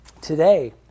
today